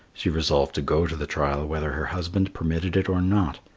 she resolved to go to the trial whether her husband permitted it or not,